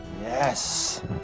Yes